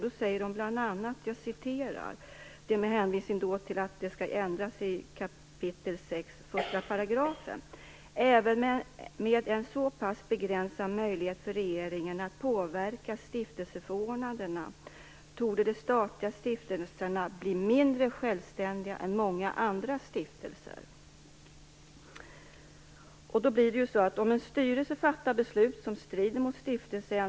Då säger man bl.a., med hänvisning till att det skall göras ändringar i 6 kap. 1 §: Även med en så pass begränsad möjlighet för regeringen att påverka stiftelseförordnandena torde de statliga stiftelserna bli mindre självständiga än många andra stiftelser.